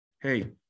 hey